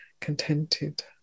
contented